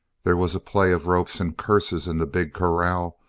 there was a play of ropes and curses in the big corral,